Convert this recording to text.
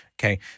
Okay